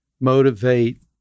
motivate